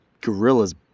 gorilla's